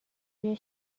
توی